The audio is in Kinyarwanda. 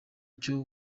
cyo